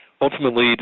ultimately